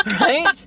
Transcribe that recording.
right